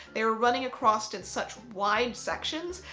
they are running across in such wide sections,